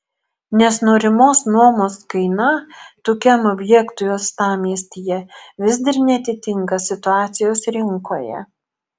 nes norimos nuomos kaina tokiam objektui uostamiestyje vis dar neatitinka situacijos rinkoje